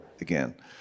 again